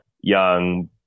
young –